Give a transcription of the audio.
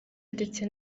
ndetse